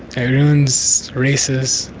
it ruins races.